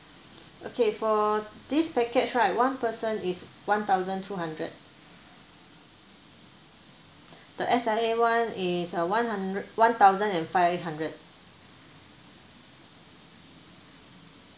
okay for this package right one person is one thousand two hundred the S_I_A [one] is a one hundre~ one thousand and five hundred